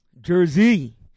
Jersey